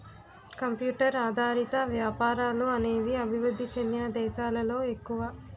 computer ఆధారిత వ్యాపారాలు అనేవి అభివృద్ధి చెందిన దేశాలలో ఎక్కువ